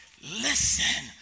listen